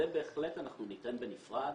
את זה בהחלט אנחנו ניתן בנפרד,